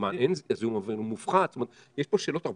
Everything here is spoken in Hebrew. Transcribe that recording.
זיהום אוויר מופחת.